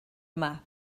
yma